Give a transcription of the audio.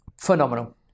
Phenomenal